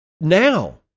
now